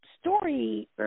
story